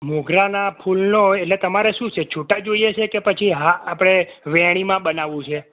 મોગરા ના ફૂલનો એટલે તમારે શું છે છૂટા જોઈએ છે કે પછી હા આપડે વેણિમાં બનાવું છે